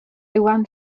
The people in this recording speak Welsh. iwan